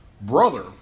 brother